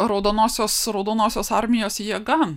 raudonosios raudonosios armijos jėga